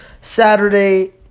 Saturday